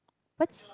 what's